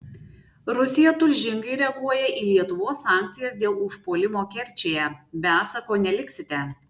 rusija tulžingai reaguoja į lietuvos sankcijas dėl užpuolimo kerčėje be atsako neliksite